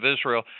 Israel